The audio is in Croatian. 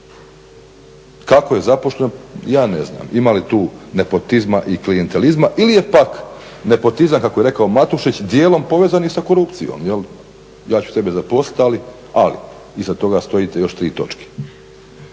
Kako je zaposleno? Ja ne znam. Ima li tu nepotizma i klijentelizma ili je pak nepotizam kako je rekao Matušić dijelom povezan i sa korupcijom. Ja ću tebe zaposliti ali. Iza toga stoji još tri točke.